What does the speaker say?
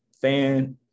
fan